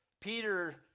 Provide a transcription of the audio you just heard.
Peter